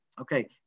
Okay